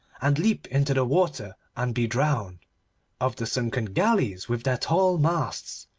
and leap into the water and be drowned of the sunken galleys with their tall masts,